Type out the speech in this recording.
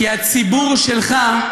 כי הציבור שלך,